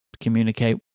communicate